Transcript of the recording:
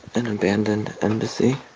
an abandoned embassy.